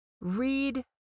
read